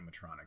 animatronic